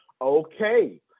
Okay